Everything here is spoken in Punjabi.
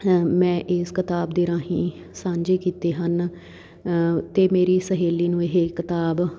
ਮੈਂ ਇਸ ਕਿਤਾਬ ਦੇ ਰਾਹੀਂ ਸਾਂਝੇ ਕੀਤੇ ਹਨ ਅਤੇ ਮੇਰੀ ਸਹੇਲੀ ਨੂੰ ਇਹ ਕਿਤਾਬ